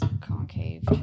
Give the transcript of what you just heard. concave